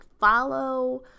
follow